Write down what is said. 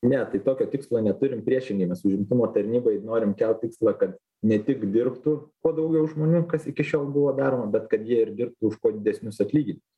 ne tai tokio tikslo neturim priešingai mes užimtumo tarnyboj norim kelt tikslą kad ne tik dirbtų kuo daugiau žmonių kas iki šiol buvo daroma bet kad jie ir dirbtų už kuo didesnius atlyginimus